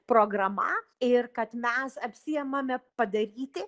programa ir kad mes apsiimame padaryti